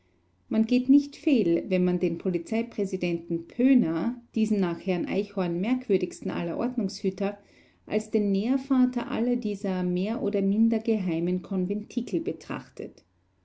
man geht nicht fehl wenn man den polizeipräsidenten pöhner diesen nach herrn eichhorn merkwürdigsten aller ordnungshüter als den nährvater aller dieser mehr oder minder geheimen konventikel betrachtet